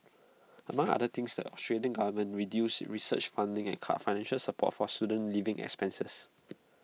among other things the Australian government reduced research funding and cut financial support for student living expenses